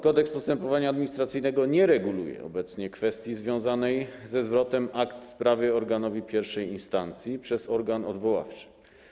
Kodeks postępowania administracyjnego nie reguluje obecnie kwestii związanej ze zwrotem akt sprawy organowi pierwszej instancji przez organ odwoławczy.